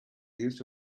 used